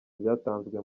byatanzwe